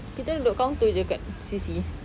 kita duduk counter jer kat C_C